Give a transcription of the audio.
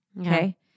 Okay